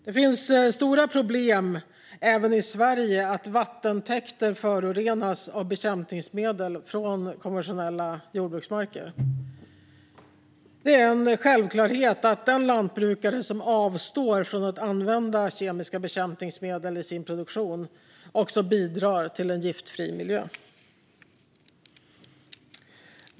Det finns stora problem, även i Sverige, med att vattentäkter förorenas av bekämpningsmedel från konventionella jordbruksmarker. Det är en självklarhet att den lantbrukare som avstår från att använda kemiska bekämpningsmedel i sin produktion också bidrar till en giftfri miljö.